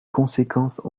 conséquences